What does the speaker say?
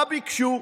מה ביקשו?